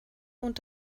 und